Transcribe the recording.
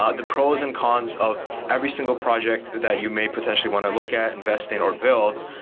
ah the pros and cons of every single project that you may potentially want to look at, invest in, or build,